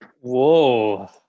whoa